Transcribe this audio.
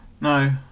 No